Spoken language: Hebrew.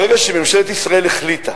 ברגע שממשלת ישראל החליטה,